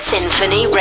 Symphony